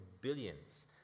billions